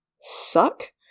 suck